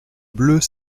bleus